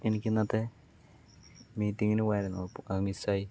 എനിക്ക് ഇന്നത്തെ മീറ്റിങ്ങിന് പോവാനായിരുന്നു അത് മിസ്സായി